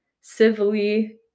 civilly